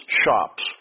shops